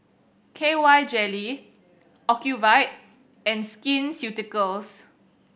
K Y Jelly Ocuvite and Skin Ceuticals